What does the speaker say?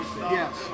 Yes